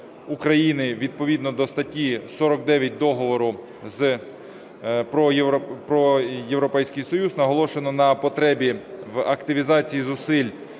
України відповідно до статті 49 Договору про Європейський Союз. Наголошено на потребі в активізації зусиль